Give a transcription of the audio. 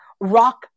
rock